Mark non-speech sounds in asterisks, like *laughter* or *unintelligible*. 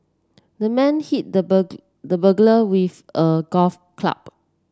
the man hit the *unintelligible* the burglar with a golf club